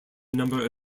number